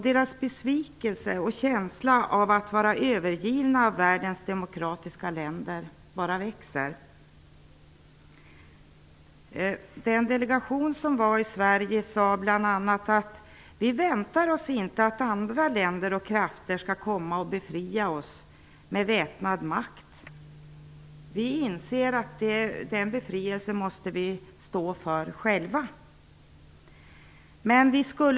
Deras besvikelse och känsla av att vara övergivna av världens demokratiska länder bara växer. Den delegation som var i Sverige sade bl.a. att man inte väntar sig att andra länder och krafter skall komma och befria dessa människor med väpnad makt. Man inser att man måste stå för den befrielsen själv.